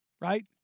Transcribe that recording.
right